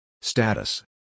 Status